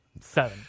Seven